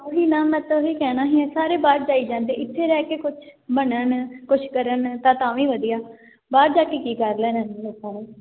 ਓਹੀ ਨਾ ਮੈਂ ਤਾਂ ਓਹੀ ਕਹਿਣਾ ਹੀ ਸਾਰੇ ਬਾਹਰ ਜਾਈ ਜਾਂਦੇ ਇੱਥੇ ਰਹਿ ਕੇ ਕੁਛ ਬਣਨ ਕੁਛ ਕਰਨ ਤਾਂ ਤਾਂ ਵੀ ਵਧੀਆ ਬਾਹਰ ਜਾ ਕੇ ਕੀ ਕਰ ਲੈਣਾ ਇਹਨਾਂ ਲੋਕਾਂ ਨੇ